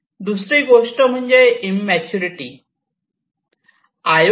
दुसरी गोष्ट म्हणजे मॅच्युरिटी इंममॅच्युरिटी